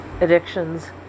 addictions